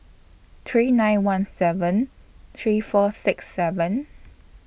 three nine one seven three four six seven